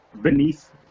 beneath